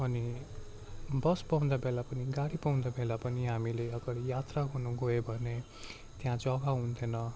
अनि बस पाउँदा बेला पनि गाडी पाउँदा बेला पनि हामीले अगाडि यात्रा गर्नुगयो भने त्यहाँ जग्गा हुन्थेन